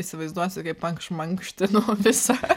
įsivaizduosiu kaip aš mankštinu visą